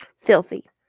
filthy